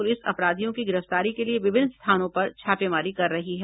police अपराधियों की गिरफतारी के लिए विभिन स्थानों पर छापेमारी कर रही है